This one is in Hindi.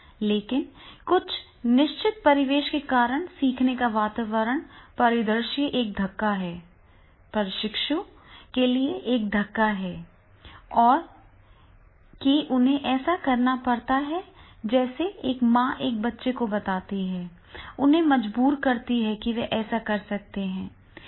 लेकिन कुछ निश्चित परिवेश के कारण सीखने का वातावरण परिदृश्य एक धक्का प्रशिक्षु के लिए एक धक्का है कि उन्हें ऐसा करना पड़ता है जैसे एक माँ एक बच्चे को बताती है उन्हें मजबूर करती है कि वे ऐसा कर सकते हैं